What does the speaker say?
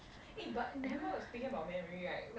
then